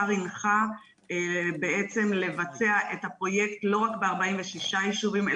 השר הנחה לבצע את הפרויקט לא רק ב-46 יישובים,